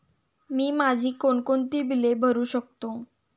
मी माझी कोणकोणती बिले भरू शकतो?